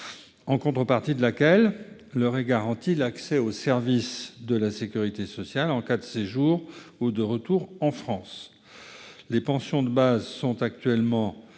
en contrepartie de laquelle leur est garanti l'accès aux services de la sécurité sociale en cas de séjour ou de retour en France. Les pensions de base sont actuellement